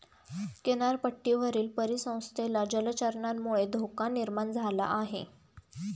किनारपट्टीवरील परिसंस्थेला जलचरांमुळे धोका निर्माण झाला आहे